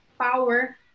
power